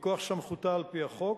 מכוח סמכותה על-פי החוק.